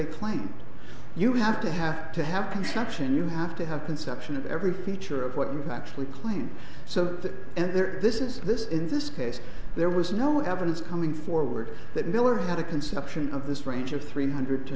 claim you have to have to have construction you have to have conception of every feature of what you've actually claimed so and there this is this in this case there was no evidence coming forward that miller had a conception of this range of three hundred to